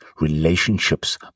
relationships